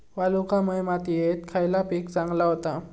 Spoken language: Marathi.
वालुकामय मातयेत खयला पीक चांगला होता?